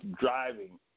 driving